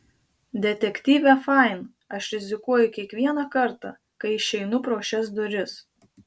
detektyve fain aš rizikuoju kiekvieną kartą kai išeinu pro šias duris